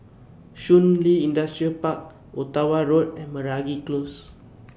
Shun Li Industrial Park Ottawa Road and Meragi Close